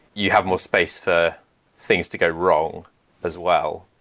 you have more space for things to go wrong as well.